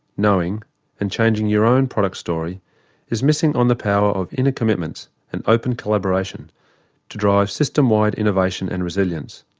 knowing and changing your own product story is missing on the power of inner commitments and open collaboration to drive system-wide innovation and resilience.